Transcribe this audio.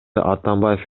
атамбаев